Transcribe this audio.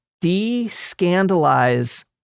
de-scandalize